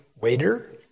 waiter